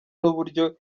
n’uburyo